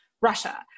Russia